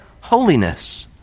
holiness